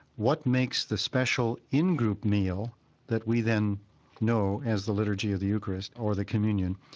what makes the special in-group meal that we then know as the liturgy of the eucharist, or the communion,